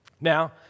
Now